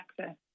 access